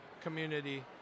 community